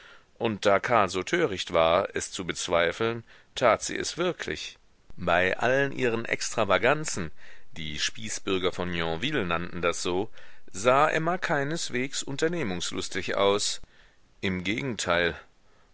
und da karl so töricht war es zu bezweifeln tat sie es wirklich bei allen ihren extravaganzen die spießbürger von yonville nannten das so sah emma keineswegs unternehmungslustig aus im gegenteil